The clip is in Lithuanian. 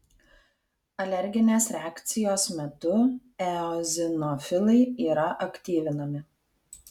alerginės reakcijos metu eozinofilai yra aktyvinami